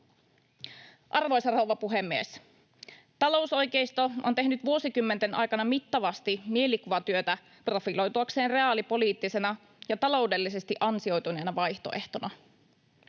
Arvoisa rouva puhemies! Talousoikeisto on tehnyt vuosikymmenten aikana mittavasti mielikuvatyötä profiloituakseen reaalipoliittisena ja taloudellisesti ansioituneena vaihtoehtona.